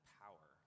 power